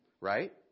Right